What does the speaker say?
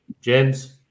James